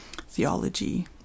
theology